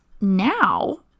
now